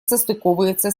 состыковывается